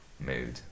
mood